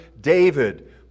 David